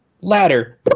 ladder